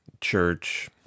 church